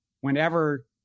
whenever